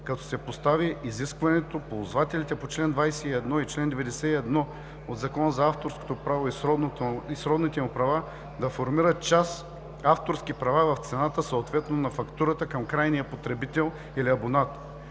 като се постави изискването ползвателите по чл. 21 и чл. 91 от Закона за авторското право и сродните му права да формират част „авторски права в цената съответно на фактурата към крайния потребител или абонат“.